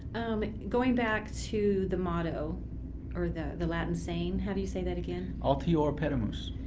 going back to the motto or the the latin saying. how do you say that again? altiora petimus,